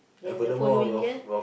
then the following year